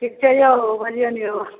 ठीक छै यौ बजियौ ने यौ